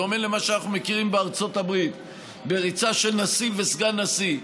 בדומה למה שאנחנו מכירים בארצות הברית בריצה של נשיא וסגן נשיא.